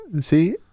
See